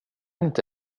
inte